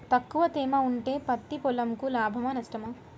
తక్కువ తేమ ఉంటే పత్తి పొలంకు లాభమా? నష్టమా?